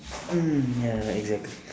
mm ya exactly